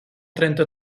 trenta